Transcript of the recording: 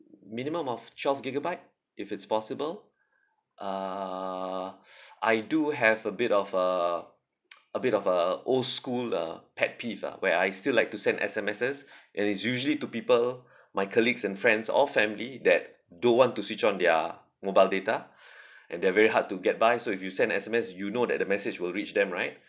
minimum of twelve gigabyte if it's possible uh I do have a bit of uh a bit of a old school uh pet peeve ah where I still like to send S_M_Ses and it's usually to people my colleagues and friends or family that don't want to switch on their mobile data and they're very hard to get by so if you send S_M_S you know that the message will reach them right